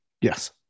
Yes